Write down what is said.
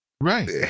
right